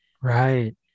Right